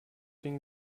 den